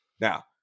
Now